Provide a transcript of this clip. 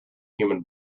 human